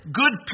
good